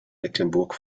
mecklenburg